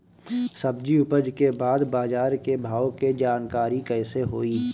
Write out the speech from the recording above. सब्जी उपज के बाद बाजार के भाव के जानकारी कैसे होई?